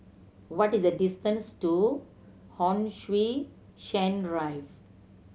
what is the distance to Hon Sui Sen Rive